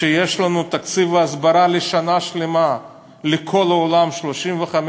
כשיש לנו תקציב הסברה לשנה שלמה לכל העולם של 35